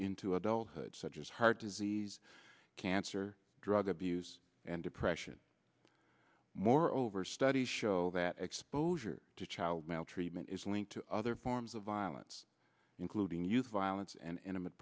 into adulthood such as heart disease cancer drug abuse and depression moreover studies show that exposure to child maltreatment is linked to other forms of violence including youth violence and intimate